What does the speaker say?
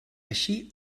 així